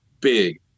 big